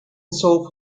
soul